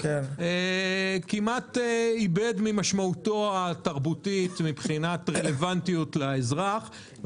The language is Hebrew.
כמעט איבד ממשמעותו התרבותית מבחינת רלוונטיות לאזרחים.